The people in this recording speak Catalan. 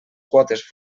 quotes